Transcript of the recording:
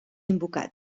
invocat